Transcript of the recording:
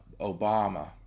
Obama